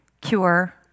cure